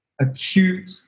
acute